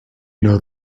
know